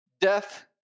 Death